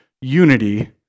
unity